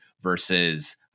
versus